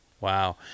Wow